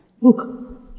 look